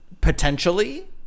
potentially